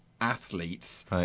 athletes